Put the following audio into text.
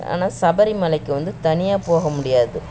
ஆனால் சபரி மலைக்கு வந்துத் தனியாக போக முடியாது